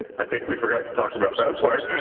i think we forgot to talk about that part.